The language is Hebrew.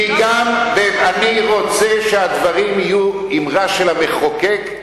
כי אני רוצה שהדברים יהיו אמרה של המחוקק,